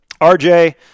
RJ